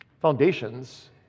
Foundations